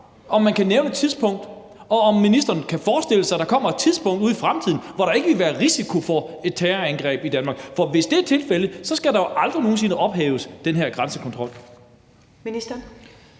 om man kan nævne et tidspunkt, og om ministeren kan forestille sig, at der kommer et tidspunkt ude i fremtiden, hvor der ikke vil være risiko for et terrorangreb i Danmark. For hvis det er tilfældet, skal den her grænsekontrol